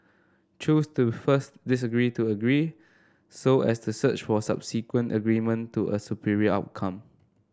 choose to first disagree to agree so as to search for subsequent agreement to a superior outcome